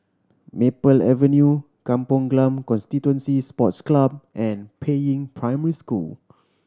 Maple Avenue Kampong Glam Constituency Sports Club and Peiying Primary School